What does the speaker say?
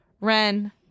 Ren